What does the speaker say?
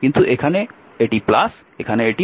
কিন্তু এখানে এটি এখানে এটি